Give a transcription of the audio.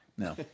No